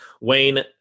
Wayne